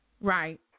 Right